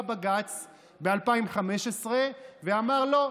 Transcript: בא בג"ץ ב-2015 ואמר: לא,